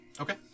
Okay